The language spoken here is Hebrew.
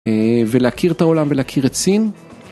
ולהכיר את העולם ולהכיר את סין.